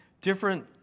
different